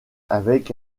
avec